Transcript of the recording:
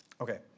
Okay